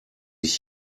ich